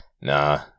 Nah